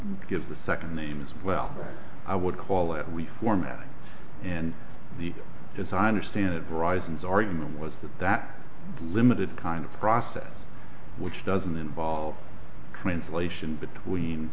give the second name as well i would call it we format and the designer standard bryson's argument was that that limited kind of process which doesn't involve translation between